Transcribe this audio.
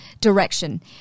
direction